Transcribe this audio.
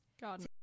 God